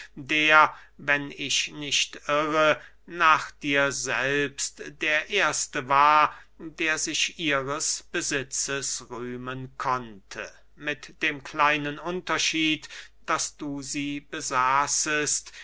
der wenn ich nicht irre nach dir selbst der erste war der sich ihres besitzes rühmen konnte mit dem kleinen unterschied daß du sie besaßest